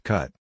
Cut